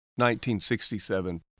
1967